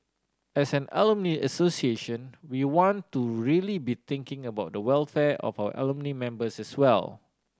as an alumni association we want to really be thinking about the welfare of our alumni members as well